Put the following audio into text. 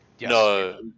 no